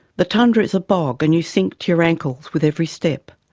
the tundra is a bog and you sink to your ankles with every step.